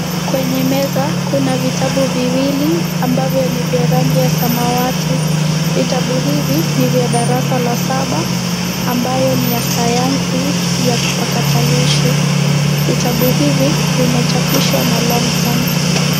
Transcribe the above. Kwenye meza kuna vitabu viwili ambavyo ni vya rangi samawati. Vitabu hivi ni vya darasa la saba ambayo ni ya sayansi ya kipakatalishi. Vitabu hivi vimechapishwa na longhorn.